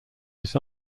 his